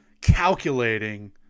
calculating